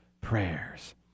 prayers